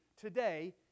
today